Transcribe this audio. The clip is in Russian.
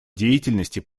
деятельности